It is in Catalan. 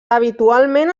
habitualment